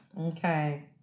Okay